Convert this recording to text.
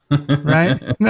Right